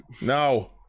No